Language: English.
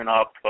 up